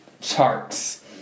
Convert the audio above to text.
charts